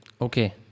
Okay